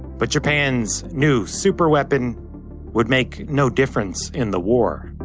but japan's new super weapon would make no difference in the war.